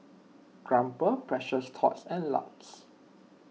Crumpler Precious Thots and Lux